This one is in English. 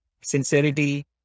sincerity